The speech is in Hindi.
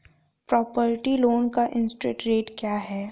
प्रॉपर्टी लोंन का इंट्रेस्ट रेट क्या है?